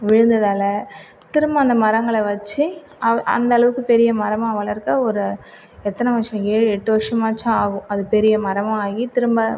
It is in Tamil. விழுந்ததால் திரும்ப அந்த மரங்களை வச்சு அவ அந்த அளவுக்கு பெரிய மரம்மா வளர்க்க ஒரு எத்தனை வருஷம் ஏழு எட்டு வருஷமாச்சாகும் அது பெரிய மரமாகி திரும்ப